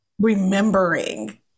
remembering